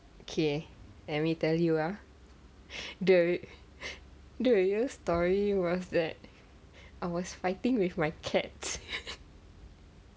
okay let me tell you ah the the real story was that I was fighting with my cats